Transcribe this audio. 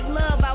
love